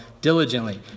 diligently